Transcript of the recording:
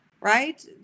Right